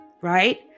right